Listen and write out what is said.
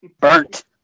Burnt